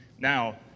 Now